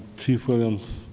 chief williams,